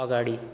अगाडि